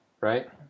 right